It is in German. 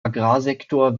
agrarsektor